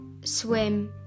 swim